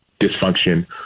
dysfunction